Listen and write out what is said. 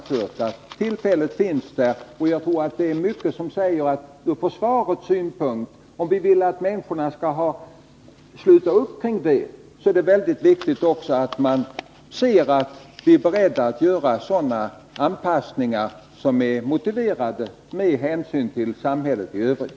För att vi skall få människor att sluta upp kring vårt försvar, tror jag det är viktigt att vi visar att vi är beredda att göra de anpassningar när det gäller försvaret som är motiverade med hänsyn till förhållandena i samhället i övrigt.